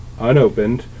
unopened